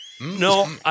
No